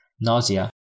nausea